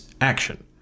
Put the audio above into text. action